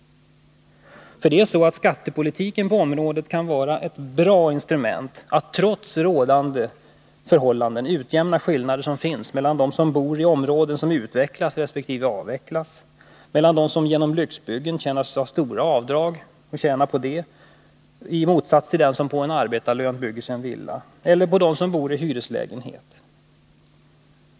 Det är nämligen så att skattepolitiken på området kan vara ett bra instrument att trots rådande förhållanden utjämna skillnader som finns mellan dem som bor i områden som utvecklas resp. avvecklas, mellan dem som genom lyxbyggen kan göra stora avdrag och tjänar på det och dem som på en arbetarlön bygger'sig en villa eller dem som bor i hyreslägenhet.